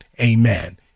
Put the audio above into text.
amen